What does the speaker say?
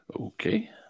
Okay